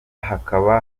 hakaba